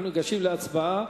אנחנו ניגשים להצבעה,